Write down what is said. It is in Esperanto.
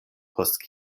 post